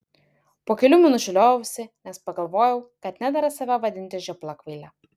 po kelių minučių lioviausi nes pagalvojau kad nedera save vadinti žiopla kvaile